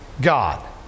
God